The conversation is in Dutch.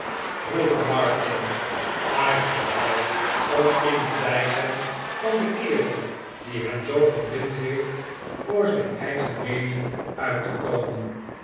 vroeg martin aarzelt hij om in het bijzijn van den kerel die hem zoo verblind heeft voor zijn eigen meening uit te komen